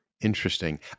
Interesting